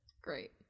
Great